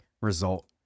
result